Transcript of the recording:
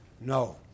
no